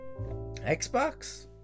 Xbox